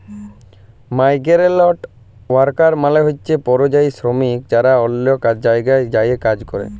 migrant worker মালে হছে পরিযায়ী শরমিক যারা অল্য জায়গায় যাঁয়ে কাজ ক্যরে